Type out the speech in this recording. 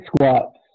squats